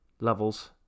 levels